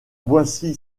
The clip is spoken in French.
boissy